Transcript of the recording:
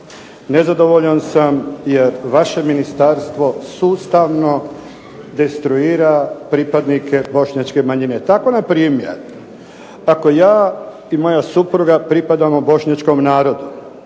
Nezadovoljan sam jer vaše ministarstvo sustavno destruira pripadnike bošnjačke manjine. Tako na primjer ako ja i moja supruga pripadamo bošnjačkom narodu